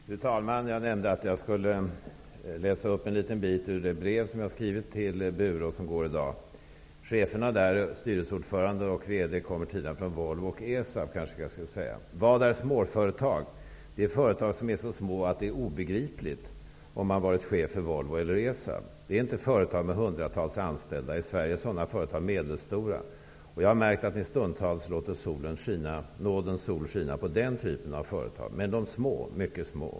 Fru talman! Jag nämnde att jag skulle läsa upp en liten bit ur det brev som jag har skrivit till Bure och som går i väg i dag. Jag kanske skall nämna att cheferna där -- styrelseordförande och VD -- ''Vad är småföretag? De företag som är så små, att det är obegripligt om man varit chef för Volvo eller ESAB! Det är inte företag med hundratals anställda. I Sverige är sådana företag medelstora och jag har märkt att Ni stundtals låter nådens sol skina för denna typ av företag. Men de små, mycket små ...